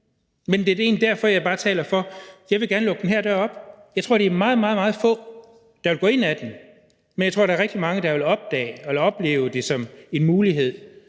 egentlig bare derfor, jeg taler for, at jeg gerne vil lukke den her dør op. Jeg tror, det er meget, meget få, der vil gå ind ad den, men jeg tror, der er rigtig mange, der vil opleve det som en mulighed,